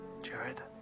Jared